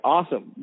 Awesome